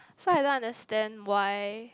so I don't understand why